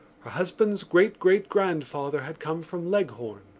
her husband's great-great-grandfather had come from leghorn.